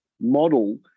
model